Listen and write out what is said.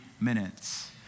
minutes